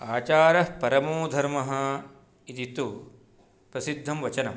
आचारः परमो धर्मः इति तु प्रसिद्धं वचनम्